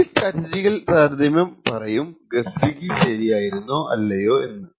ഈ സ്റ്റാറ്റിസ്റ്റിക്കൽ താരതമ്യം പറയും ഗെസ്ഡ് കീ ശരിയായിരുന്നോ അതോ തെറ്റാണോ എന്ന്